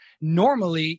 normally